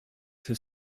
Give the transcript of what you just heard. have